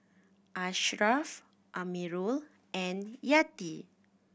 Ashraff Amirul and Yati